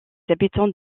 habitants